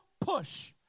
push